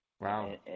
Wow